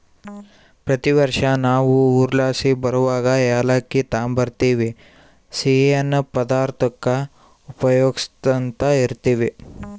ಪ್ರತಿ ವರ್ಷ ನಾವು ಊರ್ಲಾಸಿ ಬರುವಗ ಏಲಕ್ಕಿ ತಾಂಬರ್ತಿವಿ, ಸಿಯ್ಯನ್ ಪದಾರ್ತುಕ್ಕ ಉಪಯೋಗ್ಸ್ಯಂತ ಇರ್ತೀವಿ